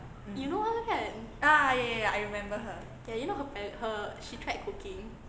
ah ya ya ya I remember her